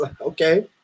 okay